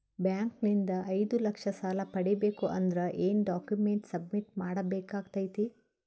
Bank ನಿಂದ ಐದು ಲಕ್ಷ ಸಾಲ ಪಡಿಬೇಕು ಅಂದ್ರ ಏನ ಡಾಕ್ಯುಮೆಂಟ್ ಸಬ್ಮಿಟ್ ಮಾಡ ಬೇಕಾಗತೈತಿ?